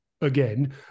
Again